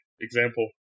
example